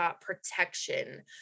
protection